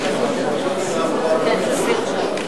אלה שרוצים לצאת,